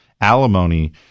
Alimony